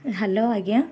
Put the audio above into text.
hello ଆଜ୍ଞା